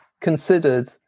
considered